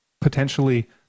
potentially